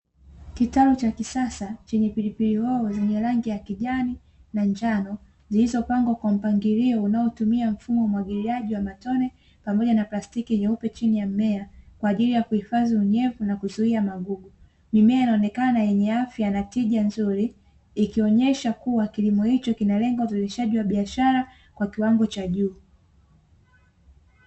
Kitalu cha kisasa chenye pilipili hoho zenye rangi ya kijani na njano, zilizopangwa kwa mpangilio unaotumia mfumo wa umwagiliaji wa matone, pamoja na plastiki nyeupe chini ya mmea, kwa ajili ya kuhifadhi unyevu, na kuzuia magugu. Mimea inaonekana yenye afya na tija nzuri, ikionyesha kuwa, kilimo hicho kinalenga uzalishaji wa biashara kwa kiwango cha juu.